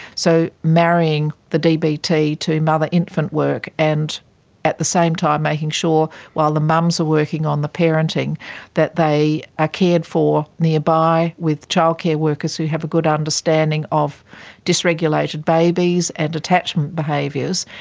so marrying the dbt to mother infant work, and at the same time making sure while the mums are working on the parenting that they are ah cared for nearby with childcare workers who have a good understanding of dysregulated babies and attachment behaviours.